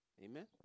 Amen